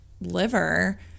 liver